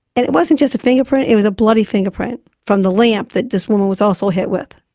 and it wasn't just a fingerprint, it was a bloody fingerprint from the lamp that this woman was also hit with.